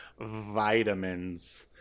vitamins